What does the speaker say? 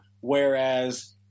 Whereas